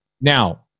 Now